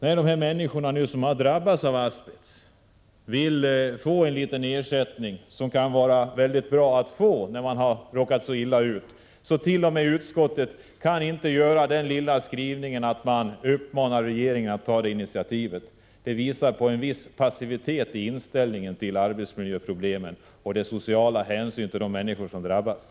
När de människor som har drabbats av asbestskador nu vill ha en liten ersättning — det kan vara bra att ha när man har råkat så illa ut — kan utskottet inte ens uppmana regeringen att ta initiativ till det. Det visar på en viss passivitet i inställningen när det gäller arbetsmiljöproblemen och den sociala hänsynen till de människor som har drabbats.